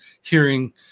hearing